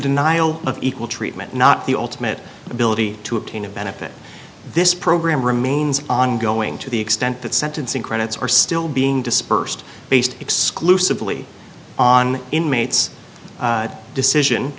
denial of equal treatment not the ultimate ability to obtain a benefit this program remains ongoing to the extent that sentencing credits are still being dispersed based exclusively on inmates decision